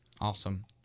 Awesome